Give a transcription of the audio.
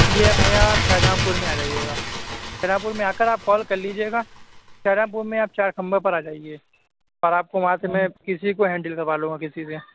یہ بھائی آپ شاہ جہاں پور میں آ جائیے گا شاہ جہاں پور میں آ کر آپ کال کر لیجیے گا شاہ جہاں پور میں آپ چار کھمبا پر آ جائیے اور آپ کو وہاں سے میں کسی کو ہینڈل کروا لوں گا کسی سے